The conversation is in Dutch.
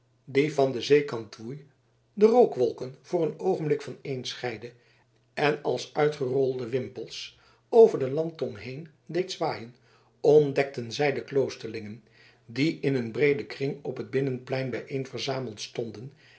die van den zeekant woei de rookwolken voor een oogenblik van een scheidde en als uitgerolde wimpels over de landtong heen deed zwaaien ontdekten zij de kloosterlingen die in een breeden kring op het binnenplein bijeenverzameld stonden